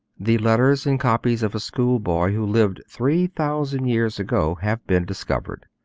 the letters and copies of a schoolboy who lived three thousand years ago have been discovered.